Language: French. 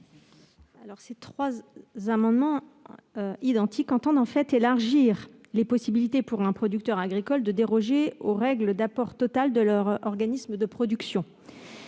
? Ces amendements identiques visent à élargir les possibilités pour un producteur agricole de déroger aux règles d'apport total de leur organisme de production. Cela